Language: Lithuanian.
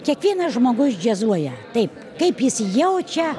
kiekvienas žmogus džiazuoja taip kaip jis jaučia